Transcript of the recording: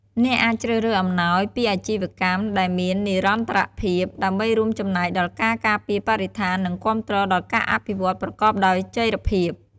អ្នកអាចជ្រើសរើសអំណោយពីអាជីវកម្មដែលមាននិរន្តរភាព ដើម្បីរួមចំណែកដល់ការការពារបរិស្ថាន និងគាំទ្រដល់ការអភិវឌ្ឍប្រកបដោយចីរភាព។